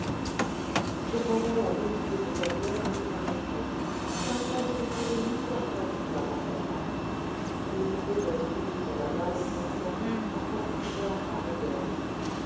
cependant la volupté de sa douleur était incomplète car il n'avait autour de lui personne qui la partageât et il faisait des visites à la mère lefrançois afin de pouvoir parler d'elle